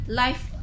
life